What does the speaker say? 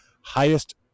highest